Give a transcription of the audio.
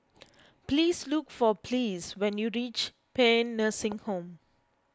please look for Ples when you reach Paean Nursing Home